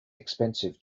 expensive